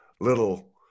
little